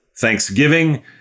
thanksgiving